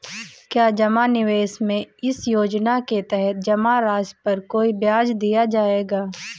क्या जमा निवेश में इस योजना के तहत जमा राशि पर कोई ब्याज दिया जाएगा?